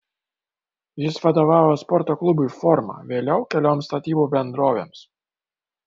jis vadovavo sporto klubui forma vėliau kelioms statybų bendrovėms